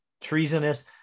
treasonous